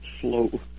slow